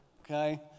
Okay